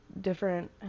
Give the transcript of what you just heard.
different